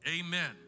Amen